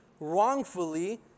wrongfully